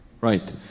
Right